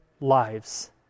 lives